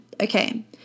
okay